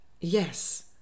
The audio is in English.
Yes